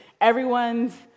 everyone's